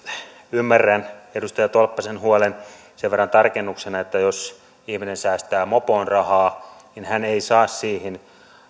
ymmärrän edustaja tolppasen huolen sen verran tarkennuksena että jos ihminen säästää mopoon rahaa niin hän ei saa siihen